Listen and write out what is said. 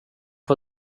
för